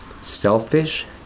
selfish